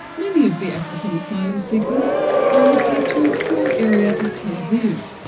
many of the african asylum seekers gravitate to a poor area of tel aviv.